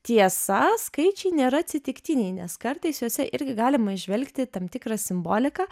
tiesa skaičiai nėra atsitiktiniai nes kartais juose irgi galima įžvelgti tam tikrą simboliką